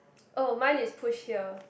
oh mine is push here